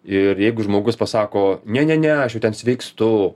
ir jeigu žmogus pasako ne ne ne aš ten vykstu